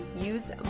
Use